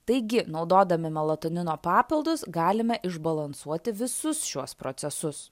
taigi naudodami melatonino papildus galime išbalansuoti visus šiuos procesus